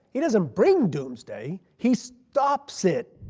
he doesn't bring doomsday, he stops it.